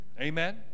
Amen